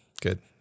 good